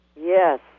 Yes